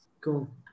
Cool